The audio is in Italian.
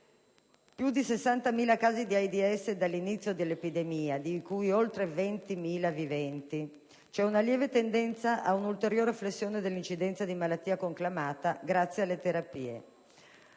più di 60.000 i casi di AIDS dall'inizio dell'epidemia, di cui oltre 20.000 viventi. C'è una lieve tendenza alla ulteriore flessione dell'incidenza di malattia conclamata, grazie alle terapie.